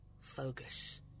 focus